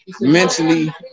mentally